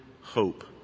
Hope